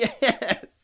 Yes